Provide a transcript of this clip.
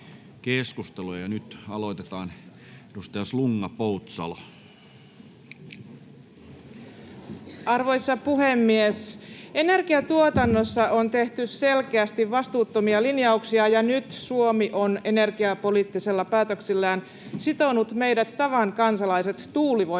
ps) Time: 16:00 Content: Arvoisa puhemies! Energiantuotannossa on tehty selkeästi vastuuttomia linjauksia, ja nyt Suomi on energiapoliittisilla päätöksillään sitonut meidät tavan kansalaiset tuulivoiman